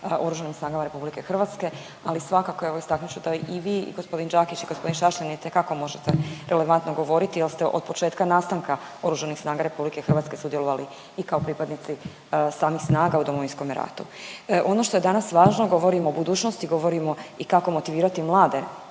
Oružanim snagama RH. Ali svakako evo istaknut ću da i vi i g. Đakić i g. Šašlin itekako možete relevantno govoriti jel ste od početka nastanka Oružanih snaga RH sudjelovali i kao pripadnici samih snaga u Domovinskome ratu. Ono što je danas važno, govorimo o budućnosti, govorimo i kako motivirati mlade